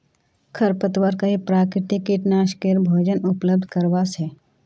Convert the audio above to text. खरपतवार कई प्राकृतिक कीटनाशकेर भोजन उपलब्ध करवा छे